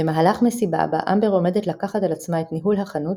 במהלך מסיבה בה אמבר עומדת לקחת על עצמה את ניהול החנות,